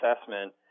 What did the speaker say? assessment